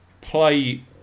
play